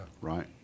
Right